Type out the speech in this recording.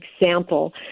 example